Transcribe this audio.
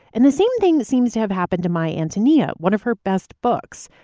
and the same thing seems to have happened to my antonia. one of her best books.